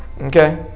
okay